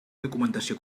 documentació